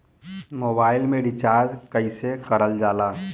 Mobile में recharge कइसे करल जाला?